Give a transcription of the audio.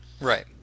Right